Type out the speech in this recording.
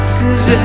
cause